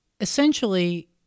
essentially